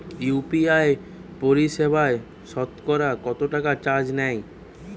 UPI পরিসেবায় সতকরা কতটাকা চার্জ নেয়?